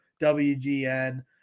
WGN